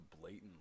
blatant